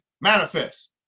manifest